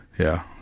yeah.